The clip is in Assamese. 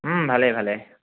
ভালেই ভালেই